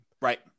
right